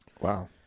Wow